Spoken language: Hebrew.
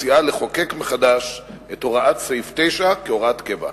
מציעה לחוקק מחדש את הוראות סעיף 9 כהוראת קבע.